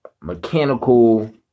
mechanical